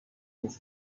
his